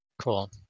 cool